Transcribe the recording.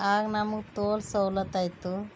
ಆಗ ನಮಗೆ ತೋಲ್ ಸವ್ಲತ್ತು ಆಯಿತು